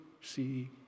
see